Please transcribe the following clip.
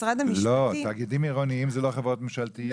תאגידים עירוניים זה לא חברות ממשלתיות.